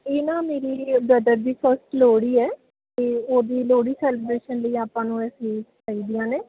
ਇਹ ਨਾ ਮੇਰੇ ਬ੍ਰਦਰ ਦੀ ਫਸਟ ਲੋੜੀ ਹੈ ਅਤੇ ਉਹਦੀ ਲੋਹੜੀ ਸੈਲੀਬਰੇਸ਼ਨ ਲਈ ਆਪਾਂ ਨੂੰ ਇਸ ਚੀਜ਼ ਚਾਹੀਦੀਆਂ ਨੇ